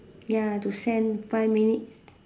ya to send five minutes